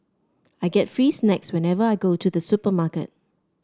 I get free snacks whenever I go to the supermarket